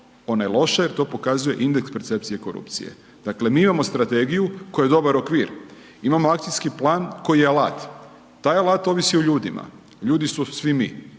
ona je loša jer to pokazuje indeks percepcije korupcije. Dakle, mi imamo strategiju koja je dobar okvir, imamo akcijski plan koji je alat, taj alat ovisi o ljudima ljudi smo svi mi,